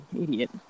Idiot